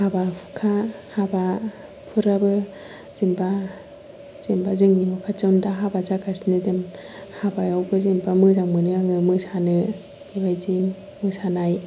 बिदिनो हाबा हुखा हाबाफोराबो जेन'बा जेन'बा जोंनि न' खाथियावनो दुम दाम हाबा जागासिनो हाबायावबो जेन'बा मोजां मोनो आङो मोसानो बेबायदि मोसानाय